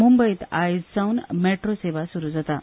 मुंबयत आजसावन मॅट्रो सेवा सुरु जाता